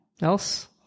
else